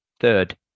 third